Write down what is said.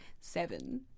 Seven